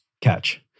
catch